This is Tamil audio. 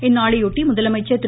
இந்நாளையொட்டி முதலமைச்சர் திரு